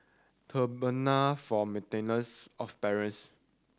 Tribunal for Maintenance of Parents